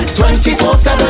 24-7